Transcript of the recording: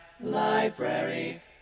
Library